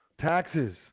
Taxes